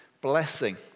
blessing